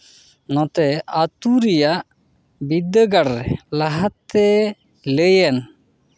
ᱚᱱᱟᱛᱮ ᱟᱹᱛᱩ ᱨᱮᱭᱟᱜ ᱵᱤᱫᱽᱫᱟᱹᱜᱟᱲ ᱨᱮ ᱞᱟᱦᱟ ᱛᱮ ᱞᱟᱹᱭ ᱮᱱ